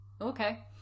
Okay